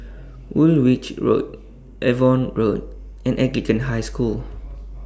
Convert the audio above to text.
Woolwich Road Avon Road and Anglican High School